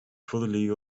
fully